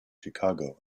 chicago